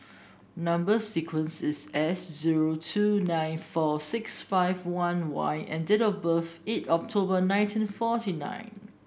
number sequence is S zero two nine four six five one Y and date of birth eight October nineteen forty nine